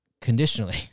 conditionally